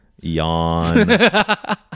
Yawn